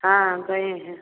हाँ सही है